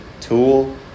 tool